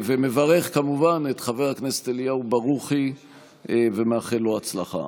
ומברך כמובן את חבר הכנסת אליהו ברוכי ומאחל לו הצלחה.